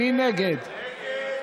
מי נגד?